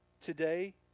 Today